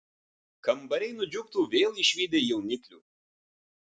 kambariai nudžiugtų vėl išvydę jauniklių